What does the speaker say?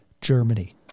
Germany